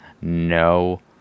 No